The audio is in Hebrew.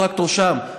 טרקטור שם,